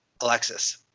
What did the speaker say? alexis